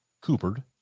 coopered